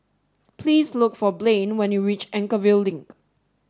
please look for Blain when you reach Anchorvale Link